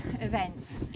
events